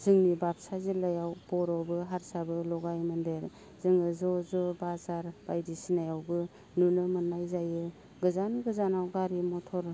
जोंनि बाक्सा जिल्लायाव बर'बो हारसाबो लगायमोन्देर जोङो ज' ज' बाजार बायदिसिनायावबो नुनो मोननाय जायो गोजान गोजानाव गारि मथर